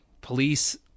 police